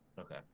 Okay